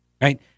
right